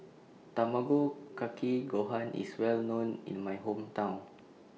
Tamago Kake Gohan IS Well known in My Hometown